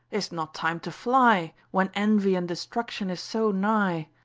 ist not time to fly, when envy and destruction is so nigh?